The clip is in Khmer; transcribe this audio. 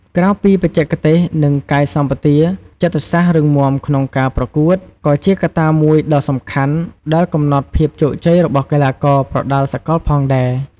ក្រៅពីបច្ចេកទេស និងកាយសម្បទា ចិត្តសាស្ត្ររឹងមាំក្នុងការប្រកួត ក៏ជាកត្តាមួយដ៏សំខាន់ដែលកំណត់ភាពជោគជ័យរបស់កីឡាករប្រដាល់សកលផងដែរ។